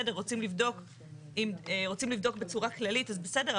בסדר, רוצים לבדוק בצורה כללית, אז בסדר.